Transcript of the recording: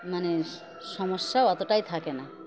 মানে সমস্যা অতটাই থাকে না